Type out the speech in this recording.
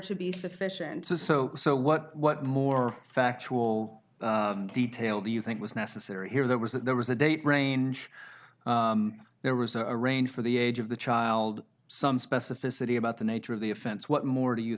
to be sufficient so so so what what more factual detail do you think was necessary here that was that there was a date range there was a range for the age of the child some specificity about the nature of the offense what more do you